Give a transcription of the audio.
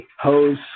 hose